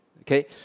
okay